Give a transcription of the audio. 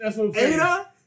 Ada